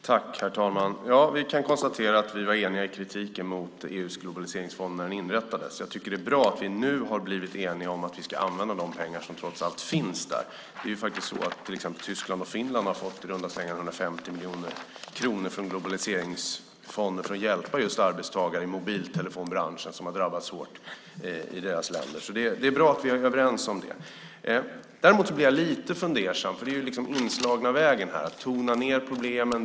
Herr talman! Vi kan konstatera att vi var eniga i kritiken mot EU:s globaliseringsfond när den inrättades. Jag tycker att det är bra att vi nu har blivit eniga om att vi ska använda de pengar som trots allt finns där. Till exempel Tyskland och Finland har fått i runda slängar 150 miljoner kronor från globaliseringsfonden för att hjälpa just arbetstagare i mobiltelefonbranschen som har drabbats hårt i dessa länder. Det är bra att vi är överens om det. Däremot blir jag lite fundersam över att den inslagna vägen här är att tona ned problemen.